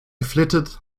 flitted